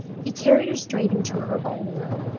he carried her straight into her own room,